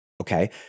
okay